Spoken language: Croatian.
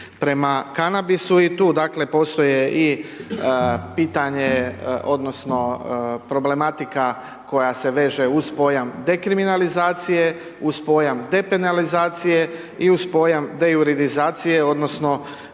prema kanabisu i tu dakle postoje i pitanje odnosno problematika koja se veže uz pojam dekriminalizacije, uz pojam depenalizacije i uz pojam dejuridizacije, odnosno